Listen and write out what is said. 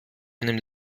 einem